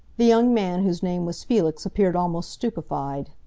the young man whose name was felix appeared almost stupefied.